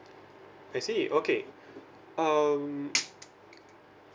I see okay um